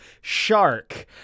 Shark